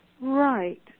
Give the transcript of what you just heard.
Right